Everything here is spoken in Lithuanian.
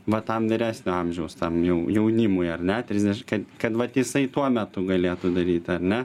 va tam vyresnio amžiaus tam jau jaunimui ar ne trisdeš kad kad vat jisai tuo metu galėtų daryti ar ne